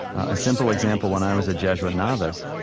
a simple example when i was a jesuit novice,